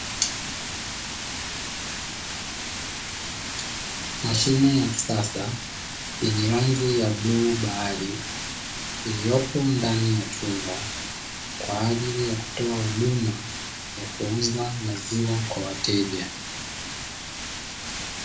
Mashine ya kisasa yenye rangi ya bluu bahari iliyopo ndani ya chumba, kwa ajili ya kutoa huduma ya kuuza maziwa kwa wateja.